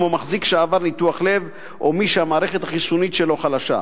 כמו מחזיק שעבר ניתוח לב או מי שהמערכת החיסונית שלו חלשה,